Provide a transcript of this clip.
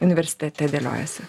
universitete dėliojasi